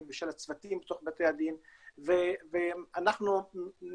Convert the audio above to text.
ושל הצוותים בתוך בתי הדין ואנחנו נשאף